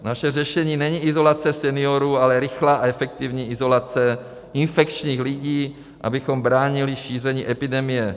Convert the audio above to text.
Naše řešení není izolace seniorů, ale rychlá a efektivní izolace infekčních lidí, abychom bránili šíření epidemie.